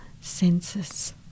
senses